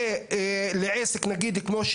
שצריך לטפל בו.